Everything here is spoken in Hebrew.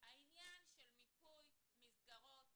העניין של מיפוי מסגרות חדש.